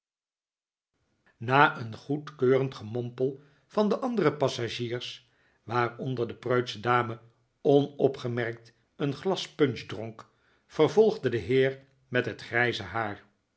na een goedkeurend gemompel van de andere passagiers waaronder de preutsche dame onopgemerkt een glas punch dronk vervolgde de heer met het grijze haar